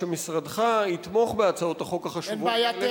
שמשרדך יתמוך בהצעות החוק החשובות האלה.